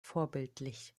vorbildlich